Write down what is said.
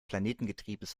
planetengetriebes